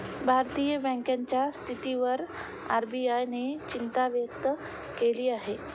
भारतीय बँकांच्या स्थितीवर आर.बी.आय ने चिंता व्यक्त केली आहे